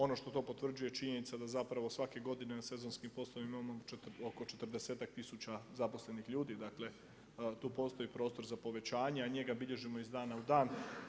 Ono što to potvrđuje je činjenica da zapravo svake godine na sezonskih poslovima imamo oko četrdesetak tisuća zaposlenih ljudi, dakle tu postoji prostor za povećanja, a njega bilježimo iz dana u dan.